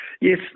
Yes